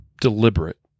deliberate